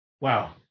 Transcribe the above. Wow